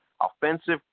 offensive